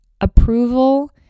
approval